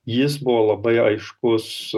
jis buvo labai aiškus